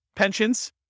Pensions